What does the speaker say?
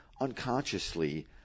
unconsciously